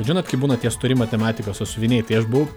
žinot kaip būna tie stori matematikos sąsiuviniai tai aš buvau